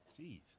Jeez